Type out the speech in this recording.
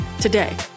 today